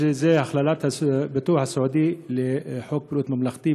זה הכללת הביטוח הסיעודי בחוק בריאות ממלכתי,